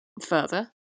Further